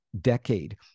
decade